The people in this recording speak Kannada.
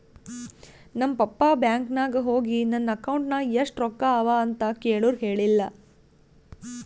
ನಮ್ ಪಪ್ಪಾ ಬ್ಯಾಂಕ್ ನಾಗ್ ಹೋಗಿ ನನ್ ಅಕೌಂಟ್ ನಾಗ್ ಎಷ್ಟ ರೊಕ್ಕಾ ಅವಾ ಅಂತ್ ಕೇಳುರ್ ಹೇಳಿಲ್ಲ